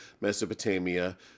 Mesopotamia